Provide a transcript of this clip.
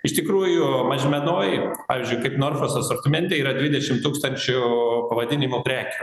iš tikrųjų mažmenoj pavyzdžiui kaip norfos asortimente yra dvidešim tūkstančių pavadinimų prekių